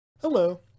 Hello